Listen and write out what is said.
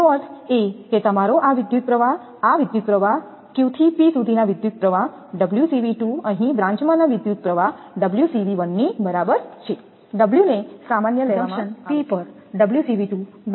તેનો અર્થ એ કે તમારો આ વિદ્યુતપ્રવાહ આ વિદ્યુતપ્રવાહ આ Q થી P સુધીના વિદ્યુતપ્રવાહ 𝜔𝐶𝑉2 અહીં બ્રાન્ચ માં ના વિદ્યુતપ્રવાહ 𝜔𝐶𝑉1 ની બરાબર છે 𝜔 ને સામાન્ય લેવામાં આવે છે